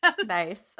Nice